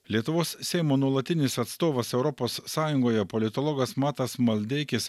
lietuvos seimo nuolatinis atstovas europos sąjungoje politologas matas maldeikis